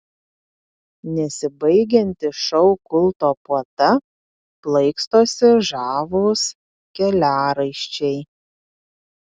nesibaigianti šou kulto puota plaikstosi žavūs keliaraiščiai